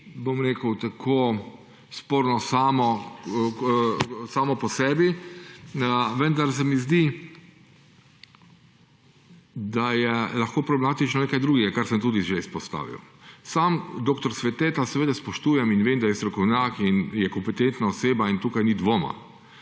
bom rekel, tako sporno samo po sebi. Vendar se mi zdi, da je lahko problematično nekaj drugega, kar sem tudi že izpostavil. Sam dr. Sveteta seveda spoštujem in vem, da je strokovnjak in je kompetentna oseba in tukaj ni dvoma.